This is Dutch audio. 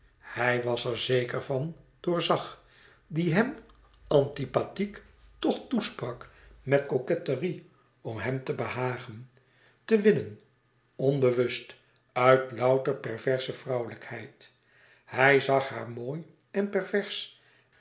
hij was er zeker van doorzag die hem antipathiek toch toesprak met coquetterie om hem te behagen te winnen onbewust uit louter perverse vrouwelijkheid hij zag haar mooi en pervers